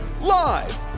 Live